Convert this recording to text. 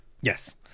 yes